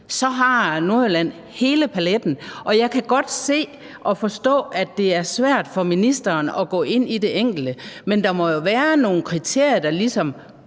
har Nordjylland hele paletten. Og jeg kan godt se og forstå, at det er svært for ministeren at gå ind i det enkelte, men der må jo være nogle kriterier, der ligesom